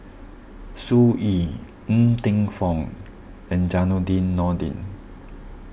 Sun Yee Ng Teng Fong and Zainudin Nordin